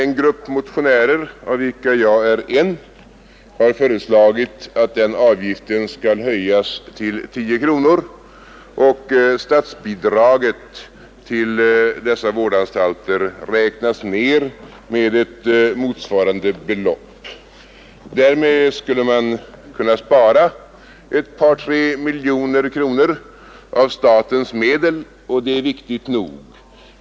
En grupp motionärer, bland vilka jag är en, har föreslagit att den avgiften skall höjas till 10 kronor och statsbidraget till dessa vårdanstalter räknas ned med ett motsvarande belopp. Därmed skulle man kunna spara ett par tre miljoner kronor av statsmedel, och det är viktigt nog.